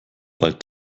bald